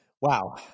Wow